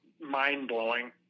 mind-blowing